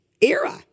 era